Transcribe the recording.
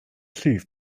llif